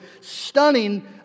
stunning